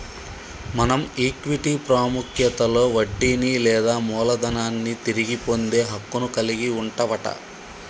మనం ఈక్విటీ పాముఖ్యతలో వడ్డీని లేదా మూలదనాన్ని తిరిగి పొందే హక్కును కలిగి వుంటవట